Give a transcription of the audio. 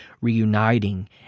reuniting